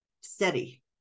steady